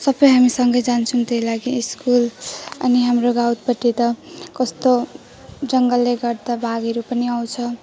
सबै हामी सँगै जान्छौँ त्यही लागि स्कुल अनि हाम्रो गाउँपट्टि त कस्तो जङ्गलले गर्दा बाघहरू पनि आउँछ